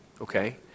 okay